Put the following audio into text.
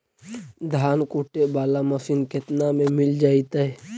धान कुटे बाला मशीन केतना में मिल जइतै?